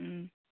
ꯎꯝ